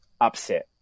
upset